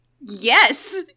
Yes